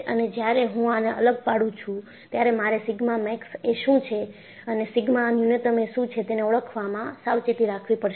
અને જ્યારે હું આને લાગુ પાડું છું ત્યારે મારે સિગ્મા મેક્સ એ શું છે અને સિગ્મા ન્યૂનતમ એ શું છે તેને ઓળખવામાં સાવચેતી રાખવી પડશે